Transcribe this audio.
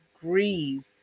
grieve